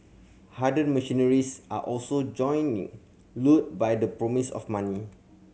hardened mercenaries are also joining lured by the promise of money